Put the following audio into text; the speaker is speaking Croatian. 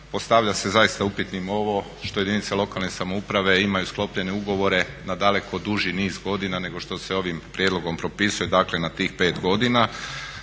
postavlja se zaista upitnim ovo što jedinice lokalne samouprave imaju sklopljene ugovore na daleko duži niz godina nego što se ovim prijedlogom propisuje dakle na tih 5 godina.